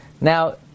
Now